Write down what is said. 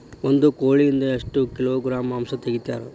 ಒಂದು ಕೋಳಿಯಿಂದ ಎಷ್ಟು ಕಿಲೋಗ್ರಾಂ ಮಾಂಸ ತೆಗಿತಾರ?